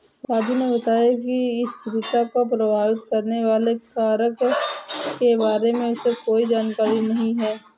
राजू ने बताया कि स्थिरता को प्रभावित करने वाले कारक के बारे में उसे कोई जानकारी नहीं है